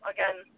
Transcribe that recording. Again